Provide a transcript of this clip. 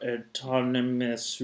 Autonomous